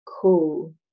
cool